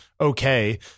okay